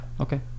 Okay